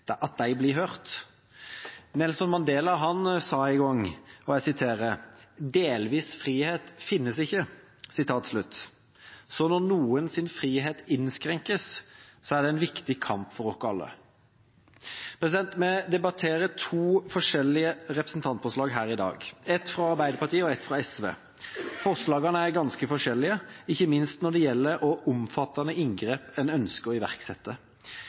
at de som ikke har muligheten til å leve i frihet, blir hørt. Nelson Mandela sa en gang: «Delvis frihet finnes ikke.» Så når noens frihet innskrenkes, er det en viktig kamp for oss alle. Vi debatterer to forskjellige representantforslag her i dag, et fra Arbeiderpartiet og et fra SV. Forslagene er ganske forskjellige, ikke minst når det gjelder hvor omfattende inngrep en ønsker å iverksette.